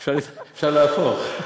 אפשר להפוך.